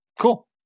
Cool